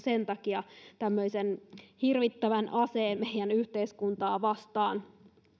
tämmöisen hirvittävän aseen meidän yhteiskuntaa vastaan